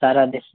sir అదే sir